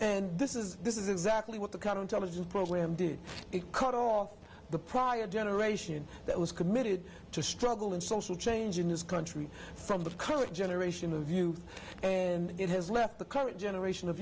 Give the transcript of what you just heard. and this is this is exactly what the counterintelligence program did it cut off the prior generation that was committed to struggle and social change in this country from the current generation of youth and it has left the current generation of